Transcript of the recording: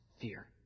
fear